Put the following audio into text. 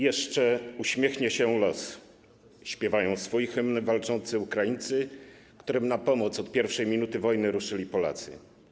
Jeszcze uśmiechnie się los - śpiewają swój hymn walczący Ukraińcy, którym na pomoc od pierwszej minuty wojny ruszyli Polacy.